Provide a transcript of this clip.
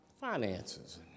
finances